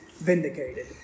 vindicated